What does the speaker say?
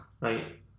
right